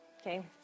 Okay